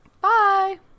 Bye